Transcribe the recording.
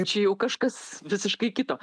čia jau kažkas visiškai kito